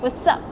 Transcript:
what's up